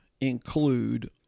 include